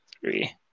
three